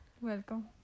Welcome